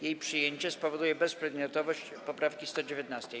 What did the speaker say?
Jej przyjęcie spowoduje bezprzedmiotowość poprawki 119.